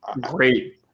Great